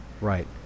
right